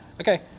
okay